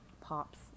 pops